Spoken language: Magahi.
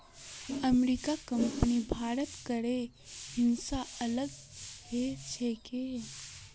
अमेरिकी कंपनीर भारतत करेर हिसाब अलग ह छेक